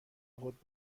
خود